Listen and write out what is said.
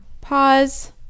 Pause